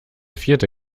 vierte